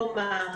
להתאווררות,